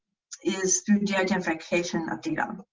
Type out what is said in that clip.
is through de-identification of data.